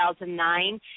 2009